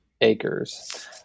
acres